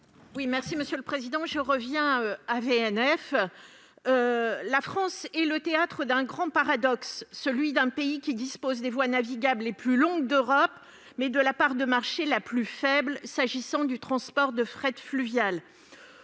à Mme Martine Filleul. J'en reviens à VNF. La France est le théâtre d'un grand paradoxe, celui d'un pays qui dispose des voies navigables les plus longues d'Europe, mais de la part de marché la plus faible s'agissant du transport de fret fluvial.